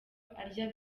arya